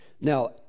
now